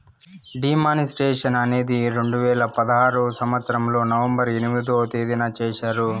D మానిస్ట్రేషన్ అనేది రెండు వేల పదహారు సంవచ్చరంలో నవంబర్ ఎనిమిదో తేదీన చేశారు